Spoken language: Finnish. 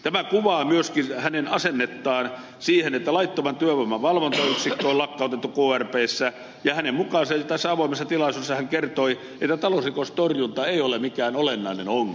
tämä kuvaa myöskin hänen asennettaan siihen että laittoman työvoiman valvontayksikkö on lakkautettu krpssä ja hänen mukaansa tässä avoimessa tilaisuudessa hän kertoi talousrikostorjunta ei ole mikään olennainen ongelma